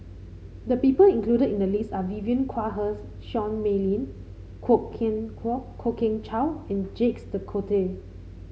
the people included in the list are Vivien Quahe's Seah Mei Lin Kwok Kian Kwok Kian Chow and Jacques De Coutre